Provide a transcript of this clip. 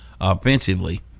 offensively